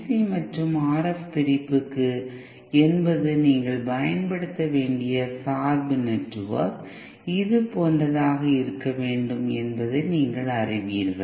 C மற்றும் RF பிரிப்புக்கு என்பது நீங்கள் பயன்படுத்த வேண்டிய சார்பு நெட்வொர்க் இதுபோன்றதாக இருக்க வேண்டும் என்பதை நீங்கள் அறிவீர்கள்